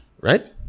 right